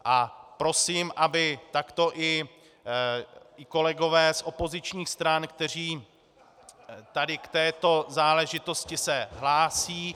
A prosím, aby takto i kolegové z opozičních stran, kteří tady k této záležitosti se hlásí...